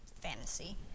fantasy